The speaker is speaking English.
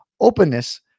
openness